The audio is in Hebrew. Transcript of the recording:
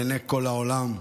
לעיני כל העולם,